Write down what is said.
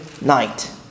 night